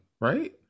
right